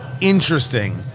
interesting